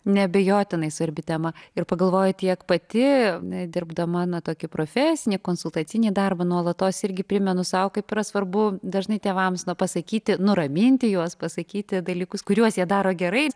neabejotinai svarbi tema ir pagalvoji tiek pati dirbdama tokį profesinį konsultacinį darbą nuolatos irgi primenu sau kaip yra svarbu dažnai tėvams na pasakyti nuraminti juos pasakyti dalykus kuriuos jie daro gerai